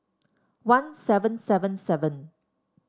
one seven seven seven